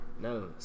No